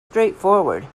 straightforward